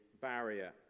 barrier